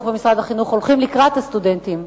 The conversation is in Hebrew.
הולכים לקראת הסטודנטים,